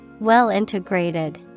Well-integrated